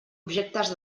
objectes